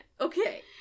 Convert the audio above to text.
Okay